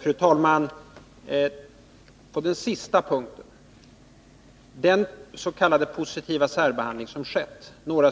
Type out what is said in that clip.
Fru talman! Några ord på den sista punkten: Den s.k. positiva särbehandling som skett — några